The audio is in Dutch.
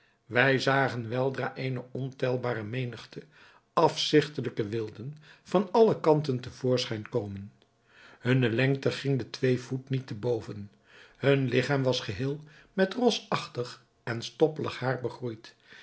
wij zagen weldra eene ontelbare menigte afzigtelijke wilden van alle kanten te voorschijn komen hunne lengte ging de twee voet niet te boven hun ligchaam was geheel met rosachtig en stoppelig haar begroeid